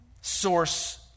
source